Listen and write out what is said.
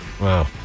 Wow